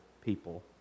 people